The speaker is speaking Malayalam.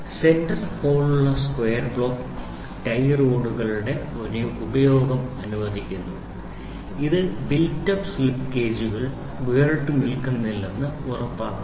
സെന്റർ ഹോളുള്ള സ്ക്വയർ ബ്ലോക്ക് ടൈ റോഡുകളുടെ ഉപയോഗം അനുവദിക്കുന്നു ഇത് ബിൽറ്റ് അപ്പ് സ്ലിപ്പ് ഗേജുകൾ വേറിട്ടുനിൽക്കില്ലെന്ന് ഉറപ്പാക്കുന്നു